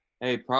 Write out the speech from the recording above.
hey